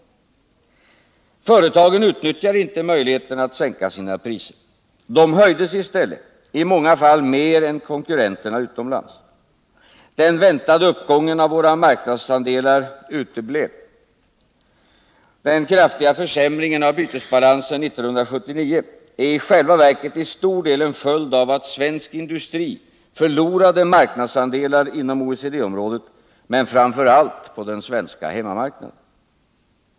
Företagen utnyttjade inte möjligheten att sänka sina priser. De höjdes i stället, i många fall mer än konkurrenternas utomlands. Den väntade uppgången av våra marknadsandelar uteblev. Den kraftiga försämringen av bytesbalansen 1979 är i själva verket till stor del en följd av att svensk industri förlorade marknadsandelar inom OECD-området men framför allt på den svenska hemmamarknaden.